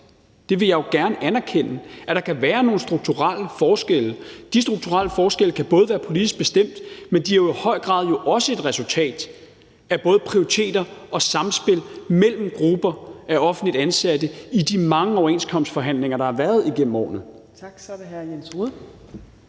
det vil jeg gerne anerkende – at der kan være nogle strukturelle forskelle. De strukturelle forskelle kan både være politisk bestemt, men de er jo i høj grad også et resultat af både prioriteter og samspil mellem grupper af offentligt ansatte i de mange overenskomstforhandlinger, der har været igennem årene.